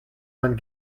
man